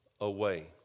away